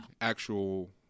actual